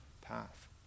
path